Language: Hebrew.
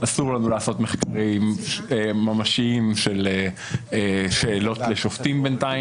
בינתיים אסור לנו לעשות מחקרים ממשיים של שאלות לשופטים.